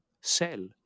sell